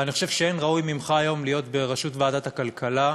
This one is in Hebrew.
ואני חושב שאין ראוי ממך היום להיות בראשות ועדת הכלכלה.